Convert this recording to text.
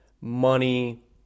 money